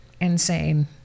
insane